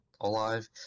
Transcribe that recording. alive